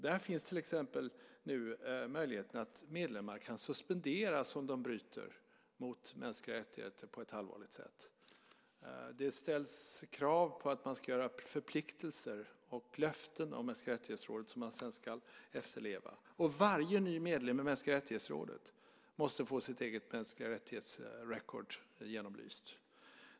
Där finns till exempel nu möjligheten att medlemmar kan suspenderas om de bryter mot mänskliga rättigheter på ett allvarligt sätt. Det ställs krav på att ingå förpliktelser och ge löften till rådet för mänskliga rättigheter som man sedan ska efterleva. Och varje ny medlem i rådet för mänskliga rättigheter måste få sitt eget record för mänskliga rättigheter genomlyst.